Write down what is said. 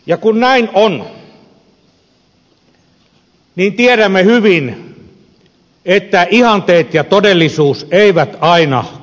ja kun näin on niin tiedämme hyvin että ihanteet ja todellisuus eivät aina kohtaa